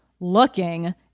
looking